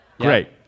Great